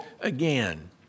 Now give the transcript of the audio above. again